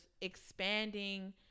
expanding